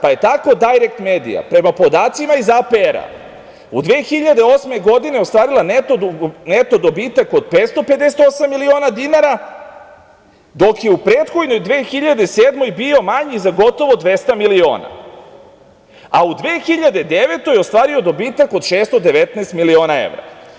Tako je „Dajrekt medija“, prema podacima iz APR-a u 2008. godini, ostvarila neto dobitak od 558 miliona dinara, dok je u prethodnoj 2007. godini bio manji za gotovo 200 miliona, a u 2009. godini je ostvarila dobitak od 619 miliona evra.